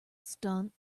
stunt